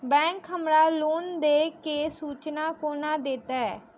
Bank हमरा loan देय केँ सूचना कोना देतय?